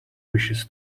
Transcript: wishes